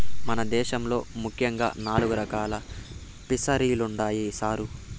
మన దేశంలో ముఖ్యంగా నాలుగు రకాలు ఫిసరీలుండాయి సారు